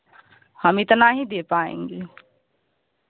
हम इतना ही दे पाएँगे